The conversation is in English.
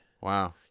Wow